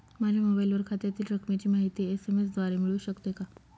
माझ्या मोबाईलवर खात्यातील रकमेची माहिती एस.एम.एस द्वारे मिळू शकते का?